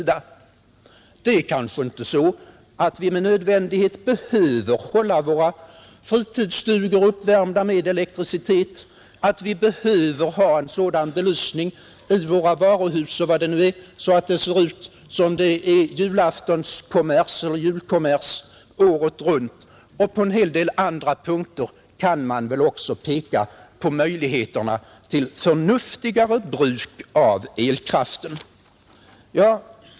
Det är kanske inte så att vi med nödvändighet behöver hålla våra fritidsstugor uppvärmda med elektricitet eller ha sådan belysning i våra varuhus osv. att det ser ut att vara julkommers där året runt. På en hel del punkter kan man väl också peka på möjligheter till förnuftigare bruk av elkraften.